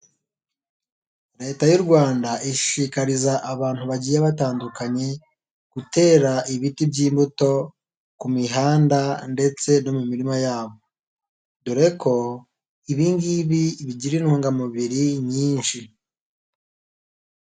Leta y'u Rwanda ishikariza abantu bagiye batandukanye, gutera ibiti by'imbuto ku mihanda ndetse no mu mirima yabo. Dore ko ibi ngibi bigira intungamubiri nyinshi.